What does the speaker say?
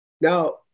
Now